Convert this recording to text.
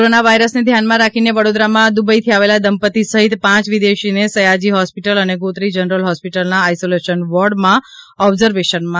corona corona વાયરસને ધ્યાનમાં રાખી વડોદરામાં દુબઇથી આવેલા દંપતિ સહિત પાંચ વિદેશીને સયાજી હોસ્પિટલ અને ગોત્રી જનરલ હોસ્પિટલના આઇસોલેશન વોર્ડ માં ઓબ્ઝર્વેશનમાં રાખવામાં આવ્યા છે